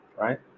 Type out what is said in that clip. right